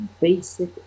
basic